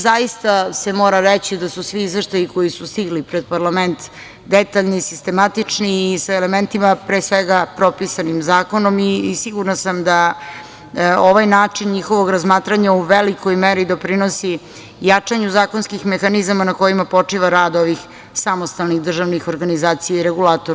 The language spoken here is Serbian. Zaista se mora reći da su svi izveštaji koji su stigli pred parlament detaljni, sistematični i sa elementima pre svega propisanim zakonom i sigurna sam da ovaj način njihovog razmatranja u velikoj meri doprinosi jačanju zakonskih mehanizama na kojima počiva rad ovih samostalnih državnih organizacija i regulatora.